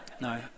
no